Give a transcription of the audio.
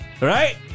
Right